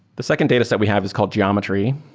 the second dataset we have is called geometry,